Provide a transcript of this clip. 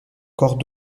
corps